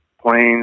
planes